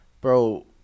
bro